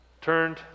turned